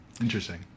Interesting